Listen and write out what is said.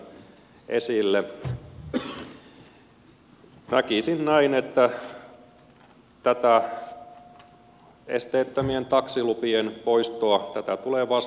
näkisin näin että tätä esteettömien taksilupien poistoa tulee vastustaa